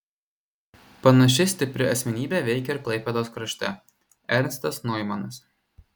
panaši stipri asmenybė veikė ir klaipėdos krašte ernstas noimanas